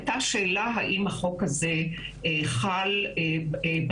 הייתה שאלה האם החוק הזה חל בתאגיד,